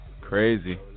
Crazy